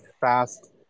fast